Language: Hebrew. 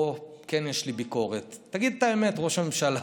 פה כן יש לי ביקורת: תגיד את האמת, ראש הממשלה,